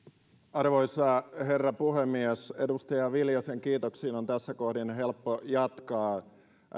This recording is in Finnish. arvoisa herra puhemies edustaja viljasen kiitoksista on tässä kohdin helppo jatkaa